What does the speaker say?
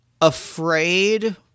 afraid